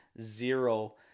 zero